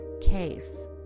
case